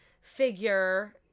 figure